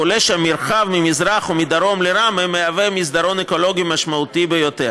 עולה שהמרחב ממזרח ומדרום לראמה מהווה מסדרון אקולוגי משמעותי ביותר,